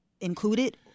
included